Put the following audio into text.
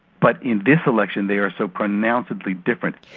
but in this election they are so pronouncedly different.